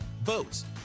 boats